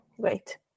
great